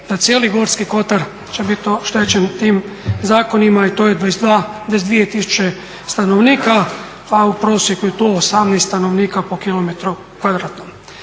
da cijeli Gorski kotar će biti oštećen tim zakonima i to je 22000 stanovnika a u prosjeku je to 18 stanovnika po km2. Kad